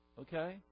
Okay